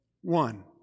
one